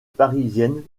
parisienne